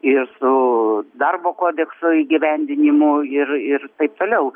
ir su darbo kodekso įgyvendinimu ir ir taip toliau